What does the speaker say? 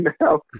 now